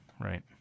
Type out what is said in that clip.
right